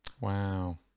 Wow